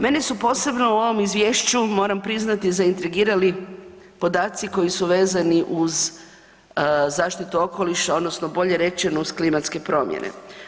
Mene su posebno u ovom Izvješću, moramo priznati, zaintrigirali podaci koji su vezani uz zaštitu okoliša odnosno bolje rečeno uz klimatske promjene.